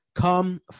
Come